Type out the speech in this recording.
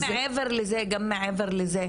גם מעבר לזה: